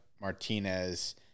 Martinez